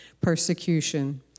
persecution